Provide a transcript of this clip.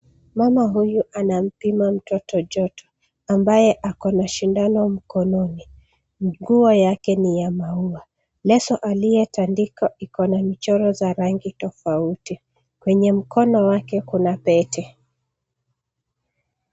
Mama huyu anampima mtoto joto, ambaye akona sindano mkononi. Nguo yake ni ya maua. Leso aliyotandika ikona michoro za rangi tofauti. Kwenye mkono wake kuna pete.